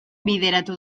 bideratu